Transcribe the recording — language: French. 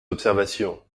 observations